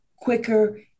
quicker